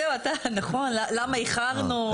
נכון, למה איחרנו.